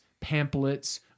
pamphlets